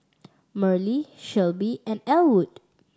Merle Shelbie and Ellwood